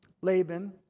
Laban